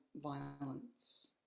violence